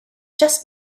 just